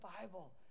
bible